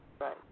Right